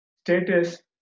status